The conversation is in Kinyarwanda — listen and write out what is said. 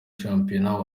shampiyona